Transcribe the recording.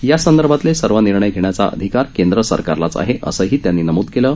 या संदर्भातले सर्व निर्णय घेण्याचा अधिकार केंद्र सरकारलाच आहे असंही त्यांनी नमुद केलं आहे